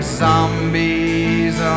zombies